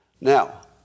Now